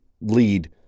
lead